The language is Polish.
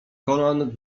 kolan